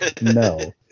No